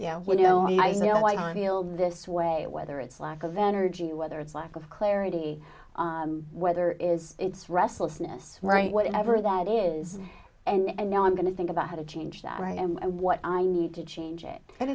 know this way whether it's lack of energy whether it's lack of larry di weather is its restlessness right whatever that is and i know i'm going to think about how to change that right and what i need to change it and